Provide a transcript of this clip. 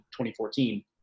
2014